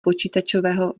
počítačového